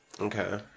Okay